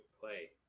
play